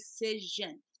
decision